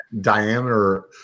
diameter